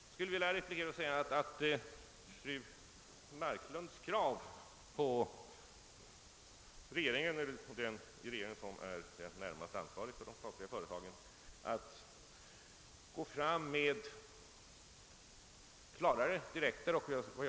Jag skulle vilja replikera med att säga att fru Marklunds krav på regeringen eller på den i regeringen som är den närmast ansvarige för de statliga företagen att vi skulle gå fram med klarare, mera direkta och vad.